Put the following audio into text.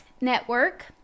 network